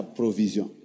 provision